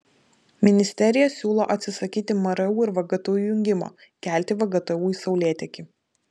ministerija siūlo atsisakyti mru ir vgtu jungimo kelti vgtu į saulėtekį